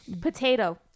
Potato